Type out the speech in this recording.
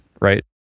right